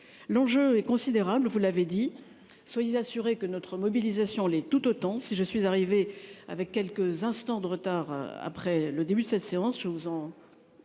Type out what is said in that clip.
l'enjeu est considérable. Vous l'avez dit, soyez assurés que notre mobilisation l'est tout autant si je suis arrivé avec quelques instants de retard après le début de cette séance, je vous en.